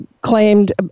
claimed